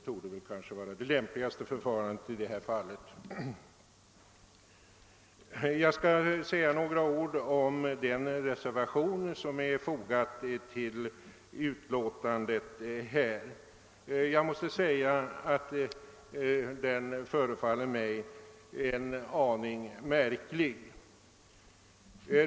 Jag skall säga några ord om den reservation som är fogad vid förevarande utlåtande och som förefaller mig en aning märklig.